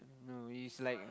no it's like